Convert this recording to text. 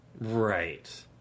Right